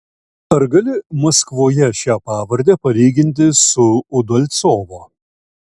ar gali maskvoje šią pavardę palyginti su udalcovo